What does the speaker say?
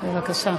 בבקשה.